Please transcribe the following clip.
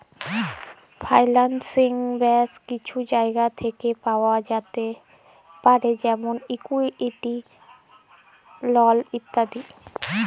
ফাইলালসিং ব্যাশ কিছু জায়গা থ্যাকে পাওয়া যাতে পারে যেমল ইকুইটি, লল ইত্যাদি